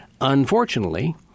unfortunately